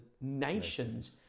nations